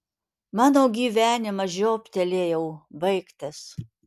mano gyvenimas žiobtelėjau baigtas